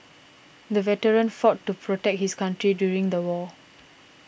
the veteran fought to protect his country during the war